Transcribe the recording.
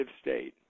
state